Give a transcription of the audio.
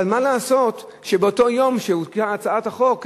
אבל מה לעשות שבאותו יום שהוגשה הצעת החוק,